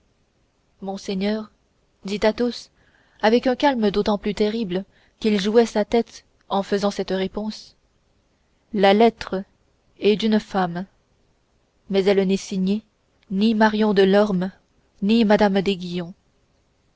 monseigneur dit athos avec un calme d'autant plus terrible qu'il jouait sa tête en faisant cette réponse la lettre est d'une femme mais elle n'est signée ni marion de lorme ni mme d'aiguillon